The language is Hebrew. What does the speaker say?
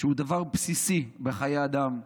שהוא דבר בסיסי בחיי אדם,